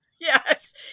Yes